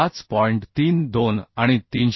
32 आणि 390